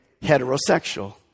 heterosexual